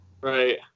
Right